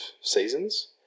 seasons